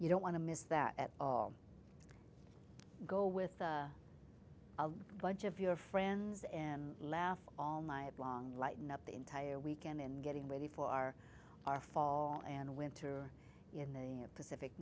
you don't want to miss that at all go with a bunch of your friends and laugh all night long lighten up the entire weekend in getting ready for our our fall and winter in the pacific